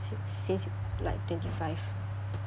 sin~ since you like twenty five